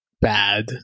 bad